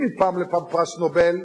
בפרס נובל.